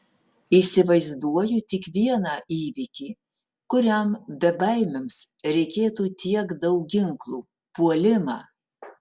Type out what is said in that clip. įsivaizduoju tik vieną įvykį kuriam bebaimiams reikėtų tiek daug ginklų puolimą